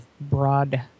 broad